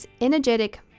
energetic